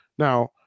Now